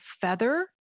feather